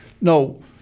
no